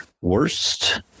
Worst